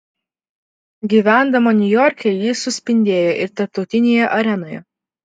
gyvendama niujorke ji suspindėjo ir tarptautinėje arenoje